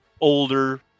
older